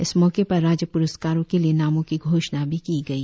इस मौके पर राज्य प्रस्कारों के लिए नामों की घोषणा भी की गई